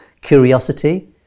curiosity